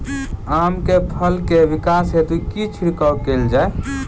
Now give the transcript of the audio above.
आम केँ फल केँ विकास हेतु की छिड़काव कैल जाए?